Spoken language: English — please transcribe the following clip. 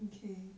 okay